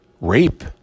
rape